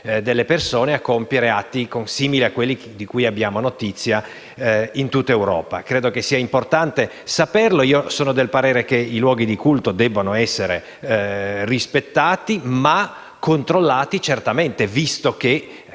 delle persone a compiere atti simili a quelli di cui abbiamo notizia in tutta Europa? Credo sia importante saperlo. Io sono dell'idea che i luoghi di culto debbano essere rispettati, ma certamente controllati,